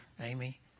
Amy